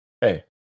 hey